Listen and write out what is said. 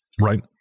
Right